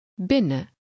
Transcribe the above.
Binnen